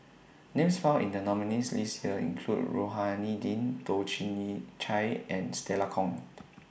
Names found in The nominees' list This Year include Rohani Din Toh Chin NE Chye and Stella Kon